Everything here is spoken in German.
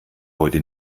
heute